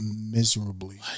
miserably